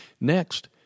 Next